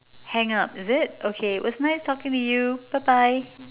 hang up is it okay it was nice talking to you bye bye